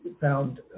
found